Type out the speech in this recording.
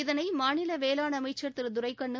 இதனை மாநில வேளாண் அமைச்சர் திரு துரைக்கண்ணு